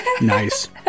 Nice